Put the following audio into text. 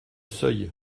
seuil